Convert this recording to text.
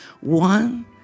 One